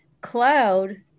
cloud